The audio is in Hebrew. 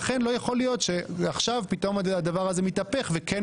לכן לא יכול להיות שעכשיו פתאום הדבר הזה מתהפך וכן